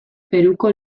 peruko